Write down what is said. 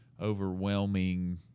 overwhelming